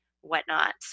whatnot